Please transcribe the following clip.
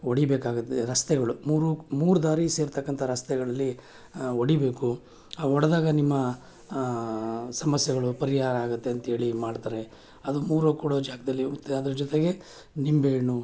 ಹೊಡಿಬೇಕಾಗುತ್ತೆ ರಸ್ತೆಗಳು ಮೂರು ಮೂರು ದಾರಿ ಸೇರ್ತಕ್ಕಂಥ ರಸ್ತೆಗಳಲ್ಲಿ ಹೊಡಿಬೇಕು ಹೊಡ್ದಾಗ ನಿಮ್ಮ ಸಮಸ್ಯೆಗಳು ಪರಿಹಾರ ಆಗುತ್ತೆ ಅಂಥೇಳಿ ಮಾಡ್ತಾರೆ ಅದು ಮೂರು ಕೂಡೋ ಜಾಗದಲ್ಲಿ ಮತ್ತು ಅದ್ರ ಜೊತೆಗೆ ನಿಂಬೆಹಣ್ಣು